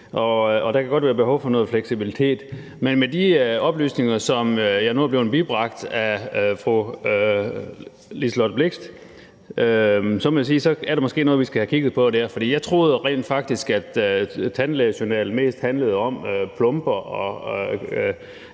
der kan godt være behov for noget fleksibilitet, men med de oplysninger, jeg nu er blevet bibragt af fru Liselott Blixt, må jeg sige, at der måske er noget, vi skal have kigget på der. For jeg troede rent faktisk, at en tandlægejournal mest handlede om plomber og